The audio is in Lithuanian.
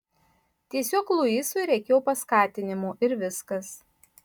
tiesiog luisui reikėjo paskatinimo ir viskas